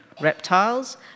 reptiles